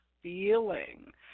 feeling